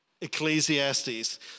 Ecclesiastes